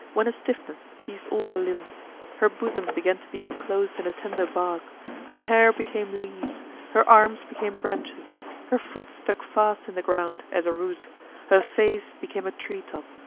when a stiffness seized all her limbs her bosom began to be enclosed in a tender bark her hair became leaves her arms became branches her foot stuck fast in the ground, as a root her face, became a tree-top,